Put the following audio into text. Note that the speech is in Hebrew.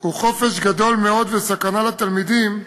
הוא חופש גדול מאוד וסכנה לתלמידים,